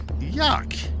yuck